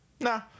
nah